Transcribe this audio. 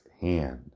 hand